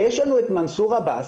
ויש לנו את מנסור עבאס,